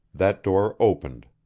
that door opened.